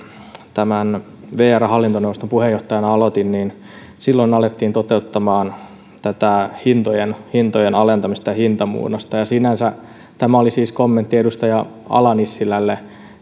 vrn hallintoneuvoston puheenjohtajana aloitin silloin alettiin toteuttamaan hintojen hintojen alentamista ja hintamuunnosta tämä oli siis kommentti edustaja ala nissilälle